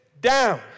down